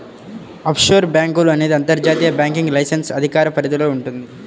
offshore బ్యేంకులు అనేది అంతర్జాతీయ బ్యాంకింగ్ లైసెన్స్ అధికార పరిధిలో వుంటది